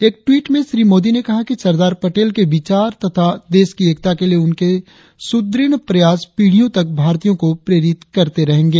एक ट्वीट में श्री मोदी ने कहा कि सरदार पटेल के विचार तथा देश की एकता के लिए उनके सुदृढ़ प्रयास पीढियों तक भारतीयों को प्रेरित करते रहेंगे